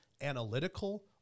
analytical